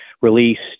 released